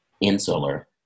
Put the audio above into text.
insular